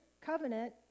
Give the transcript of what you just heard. covenant